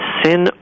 sin